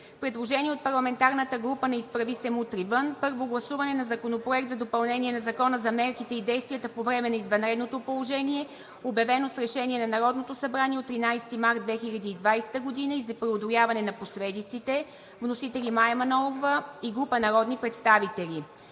Предложение от парламентарната група на „Изправи се! Мутри вън!“: 4. Първо гласуване на Законопроекта за допълнение на Закона за мерките и действията по време на извънредното положение, обявено с решение на Народното събрание от 13 март 2020 г., и за преодоляване на последиците. Вносители – Мая Манолова и група народни представители.